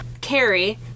carrie